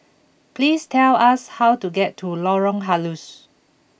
please tell us how to get to Lorong Halus